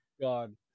god